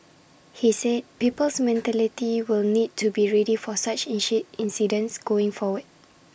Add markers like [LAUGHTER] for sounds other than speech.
he said people's mentality will need to be ready for such [UNINTELLIGIBLE] incidents going forward